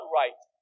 right